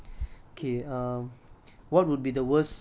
ya these two K kids we have no life